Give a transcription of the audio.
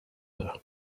her